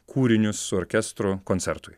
kūrinius su orkestru koncertui